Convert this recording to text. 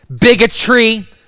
bigotry